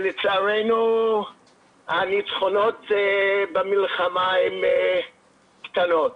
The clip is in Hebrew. לצערנו הניצחונות במלחמה הם קטנים.